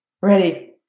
ready